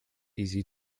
easy